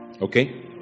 Okay